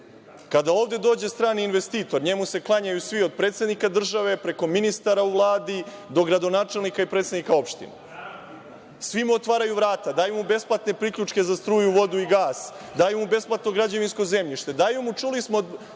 Kada ovde dođe strani investitor njemu se klanjaju svi, od predsednika države, preko ministara u Vladi, do gradonačelnika i predsednika opština. Svi mu otvaraju vrata, daju mu besplatne priključke za struju, vodu i gas, daju mu besplatno građevinsko zemljište, daju mu, čuli smo